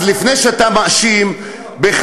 אז לפני שאתה מאשים, שטויות.